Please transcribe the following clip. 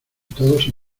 todos